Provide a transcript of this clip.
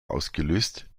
ausgelöst